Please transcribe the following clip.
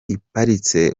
iparitse